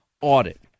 audit